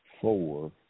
four